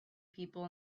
people